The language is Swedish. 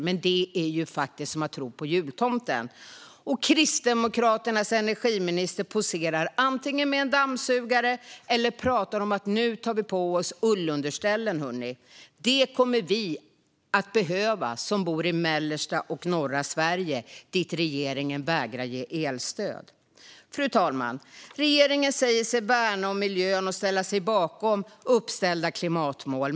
Men det är ju faktiskt som att tro på jultomten. Och Kristdemokraternas energiminister poserar antingen med en dammsugare eller pratar om att vi nu ska ta på oss ullunderställen. Det kommer vi som bor i mellersta och norra Sverige att behöva, eftersom regeringen vägrar att ge oss elstöd. Fru talman! Regeringen säger sig värna om miljön och ställa sig bakom uppställda klimatmål.